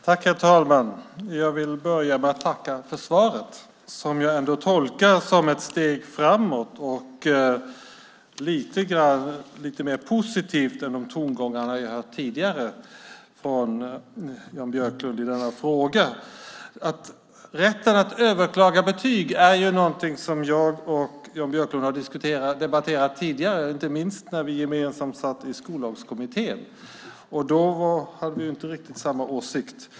Herr talman! Jag vill börja med att tacka för svaret, som jag ändå tolkar som ett steg framåt och som lite mer positivt än de tongångar som vi har hört tidigare från Jan Björklund i denna fråga. Rätten att överklaga betyg är någonting som jag och Jan Björklund har debatterat tidigare, inte minst när vi gemensamt satt i Skollagskommittén - då hade vi inte riktigt samma åsikt.